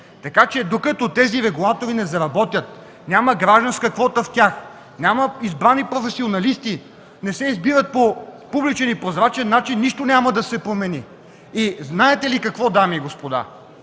нещата? Докато тези регулатори не заработят, няма гражданска квота в тях, няма избрани професионалисти, не се избират по публичен и прозрачен начин, нищо няма да се промени. И, знаете ли какво, дами и господа?